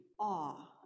awe